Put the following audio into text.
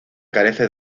carece